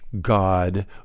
God